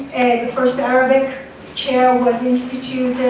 the first arabic chair was instituted